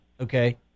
okay